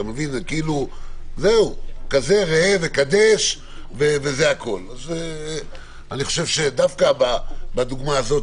כזה ראה וקדש - וזה הכול - דווקא בדוגמה הזאת,